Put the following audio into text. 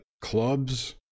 clubs